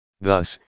Thus